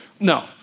No